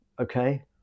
okay